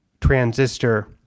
transistor